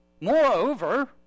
Moreover